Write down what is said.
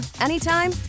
anytime